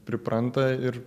pripranta ir